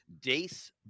Dace